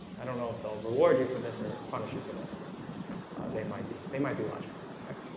i don't know if they'll reward you for this or punish you for this but they might be they might be watching right?